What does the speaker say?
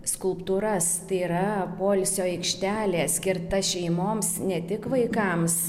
skulptūras tai yra poilsio aikštelė skirta šeimoms ne tik vaikams